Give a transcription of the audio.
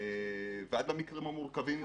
ועד למקרים המורכבים יותר.